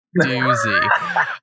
doozy